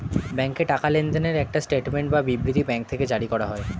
ব্যাংকে টাকা লেনদেনের একটা স্টেটমেন্ট বা বিবৃতি ব্যাঙ্ক থেকে জারি করা হয়